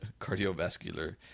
cardiovascular